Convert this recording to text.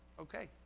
okay